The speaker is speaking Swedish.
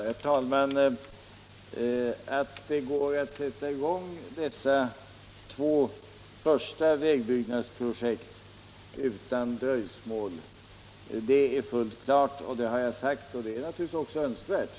Herr talman! Att det är möjligt att utan dröjsmål sätta i gång de två av mig först nämnda vägbyggnadsprojekten är fullt klart. Det har jag sagt, och det är naturligtvis också önskvärt.